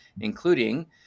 including